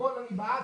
הכול בעד,